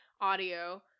audio